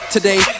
Today